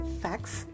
facts